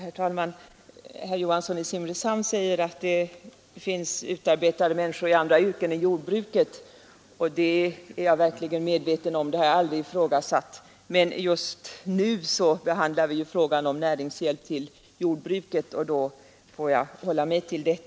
Herr talman! Herr Johansson i Simrishamn sade att det finns utarbetade människor också i andra yrken än i jordbruket, och det är jag fullt medveten om och har aldrig heller ifrågasatt. Men nu behandlar vi frågan om näringshjälp till jordbruket, och då får jag hålla mig till det.